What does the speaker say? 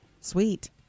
Sweet